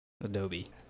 Adobe